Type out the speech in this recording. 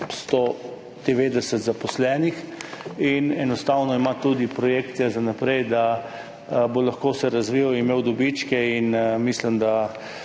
190 zaposlenih. Enostavno ima tudi projekcije za naprej, da se bo lahko razvijal, imel dobičke. Mislim, da